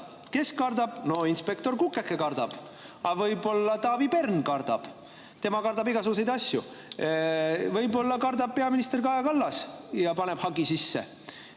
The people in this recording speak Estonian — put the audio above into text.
Kes kardab? No inspektor Kukeke kardab, aga võib-olla Taavi Pern kardab – tema kardab igasuguseid asju. Võib-olla kardab peaminister Kaja Kallas ja paneb hagi sisse.